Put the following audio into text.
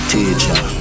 Teacher